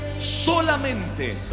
solamente